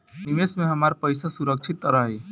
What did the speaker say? निवेश में हमार पईसा सुरक्षित त रही?